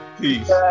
Peace